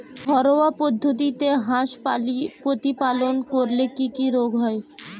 ঘরোয়া পদ্ধতিতে হাঁস প্রতিপালন করলে কি কি রোগ হয়?